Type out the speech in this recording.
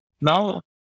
Now